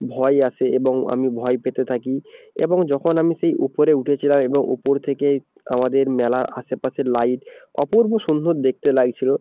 ভয় আসে এবং আমি ভয় পেতে থাকি এবং যখন আমি সেই উপরে উঠেছিলাম এবং উপর থেকে আমাদের মেলার আশেপাশের লাইট অপূর্ব সুন্দর দেখতে লাগছিলো